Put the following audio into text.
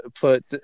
put